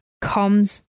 comes